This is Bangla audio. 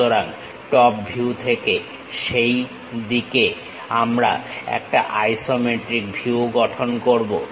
সুতরাং টপ ভিউথেকে সেই দিকে আমরা একটা আইসোমেট্রিক ভিউ গঠন করবো